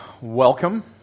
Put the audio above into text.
welcome